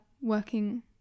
working